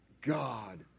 God